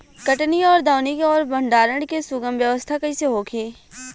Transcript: कटनी और दौनी और भंडारण के सुगम व्यवस्था कईसे होखे?